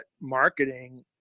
marketing